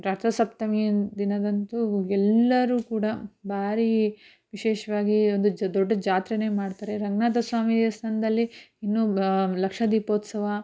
ರಥಸಪ್ತಮಿಯ ದಿನದಂದು ಎಲ್ಲರೂ ಕೂಡ ಭಾರಿ ವಿಶೇಷವಾಗಿ ಒಂದು ಜ ದೊಡ್ಡ ಜಾತ್ರೆಯೇ ಮಾಡ್ತಾರೆ ರಂಗನಾಥ ಸ್ವಾಮಿ ದೇವಸ್ಥಾನದಲ್ಲಿ ಇನ್ನೂ ಬ ಲಕ್ಷ ದೀಪೋತ್ಸವ